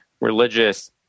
religious